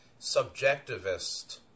subjectivist